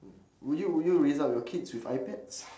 would you would you raise up your kids with ipads